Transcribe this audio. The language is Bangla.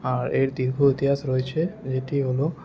আর এর দীর্ঘ ইতিহাস রয়েছে যেটি হল